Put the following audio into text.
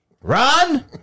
Run